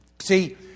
See